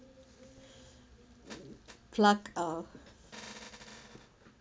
clark uh